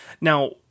Now